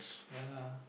ya lah